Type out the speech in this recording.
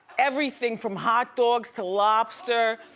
everything from hot dogs to lobster,